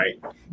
right